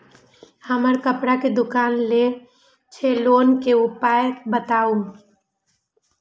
हमर कपड़ा के दुकान छै लोन के उपाय बताबू?